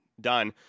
done